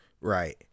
right